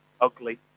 ugly